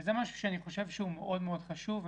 וזה משהו שאני חושב שהוא מאוד מאוד חשוב.